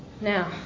Now